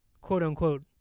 quote-unquote